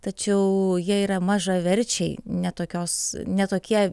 tačiau jie yra mažaverčiai ne tokios ne tokie